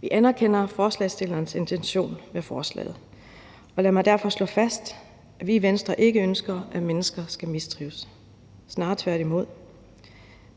Vi anerkender forslagsstillernes intention med forslaget, og lad mig derfor slå fast, at vi i Venstre ikke ønsker, at mennesker skal mistrives, snarere tværtimod.